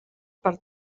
per